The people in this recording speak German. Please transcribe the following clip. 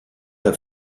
der